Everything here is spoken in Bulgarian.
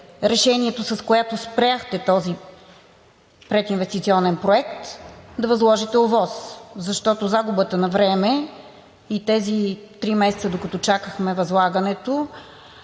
решението, с което спряхте този прединвестиционен проект, да възложите ОВОС, защото загубата на време и тези три месеца, докато чакахме възлагането,